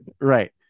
Right